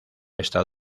esta